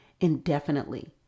indefinitely